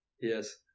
Yes